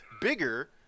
bigger